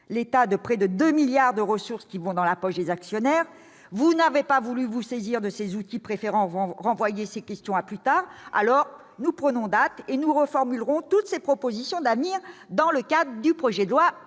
l'État de près de 2 milliards d'euros de ressources, qui vont dans la poche des actionnaires. Vous n'avez pas voulu vous saisir de ces outils, préférant renvoyer ces questions à plus tard. Alors, nous prenons date, et nous reformulerons toutes ces propositions d'avenir lors de l'examen du projet de loi